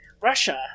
Russia